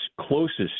closest